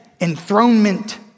enthronement